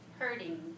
hurting